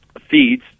feeds